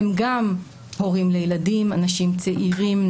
הם גם הורים לילדים, אנשים צעירים,